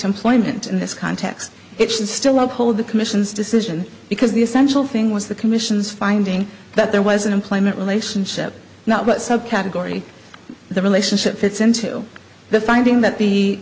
employment in this context it should still uphold the commission's decision because the essential thing was the commission's finding that there was an employment relationship not what subcategory the relationship fits into the finding that the